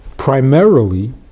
primarily